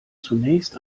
zunächst